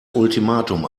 ultimatum